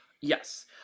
Yes